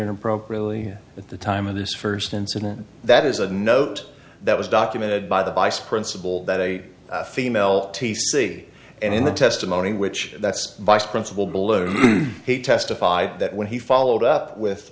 inappropriately at the time of this first incident that is a note that was documented by the vice principal that a female t c and in the testimony which that's vice principal billowed he testified that when he followed up with